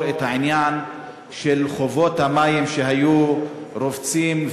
את העניין של החובות על המים שהיו רובצים,